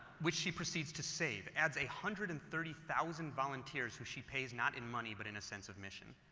which she precedes to save as a one hundred and thirty thousand volunteers who she pays, not in money but in a sense of mission,